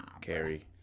Carry